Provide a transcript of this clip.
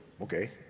Okay